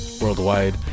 worldwide